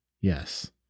Yes